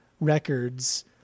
Records